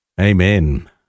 Amen